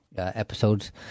Episodes